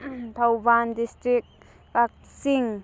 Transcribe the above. Thoubal district Kakching